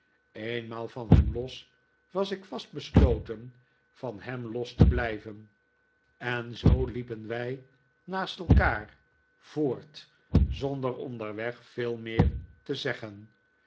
eenmaal van hem los was ik vast besloten van hem los te blijven en zoo liepen wij naast elkaar voort zonder onderweg veel meer te zeggen